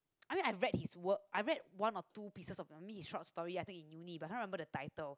I mean I read his work I read one or two pieces of maybe his short stories I think in uni but I can't remember the title